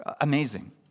Amazing